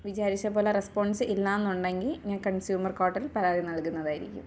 വിചാരിച്ചതു പോലെ റെസ്പോൺസ് ഇല്ലയെന്നുണ്ടെങ്കിൽ ഞാൻ കൺസ്യൂമർ കോട്ടിൽ പരാതി നൽകുന്നതായിരിക്കും